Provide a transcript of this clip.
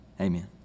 Amen